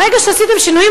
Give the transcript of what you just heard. ברגע שעשיתם שינויים,